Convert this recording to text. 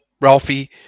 Ralphie